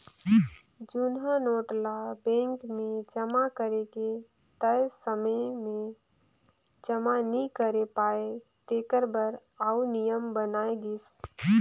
जुनहा नोट ल बेंक मे जमा करे के तय समे में जमा नी करे पाए तेकर बर आउ नियम बनाय गिस